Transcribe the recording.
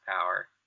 power